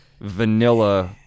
vanilla